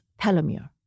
telomere